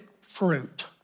fruit